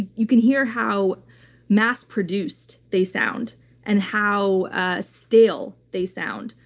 you can hear how mass produced they sound and how ah stale they sound.